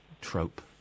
trope